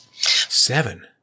Seven